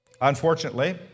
unfortunately